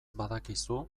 badakizu